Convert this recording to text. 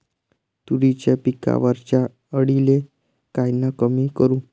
तुरीच्या पिकावरच्या अळीले कायनं कमी करू?